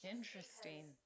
Interesting